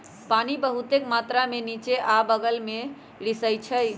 पानी बहुतेक मात्रा में निच्चे आ बगल में रिसअई छई